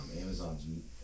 Amazon's